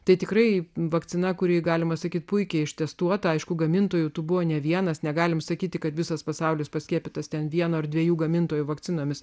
tai tikrai vakcina kurį galima sakyti puikiai ištestuota aišku gamintojų tai buvo ne vienas negalime sakyti kad visas pasaulis paskiepytas ten vieno ar dviejų gamintojų vakcinomis